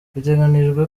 biteganijwe